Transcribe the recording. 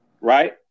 Right